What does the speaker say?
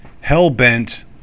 hell-bent